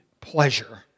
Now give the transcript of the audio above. pleasure